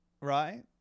right